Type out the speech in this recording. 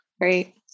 Great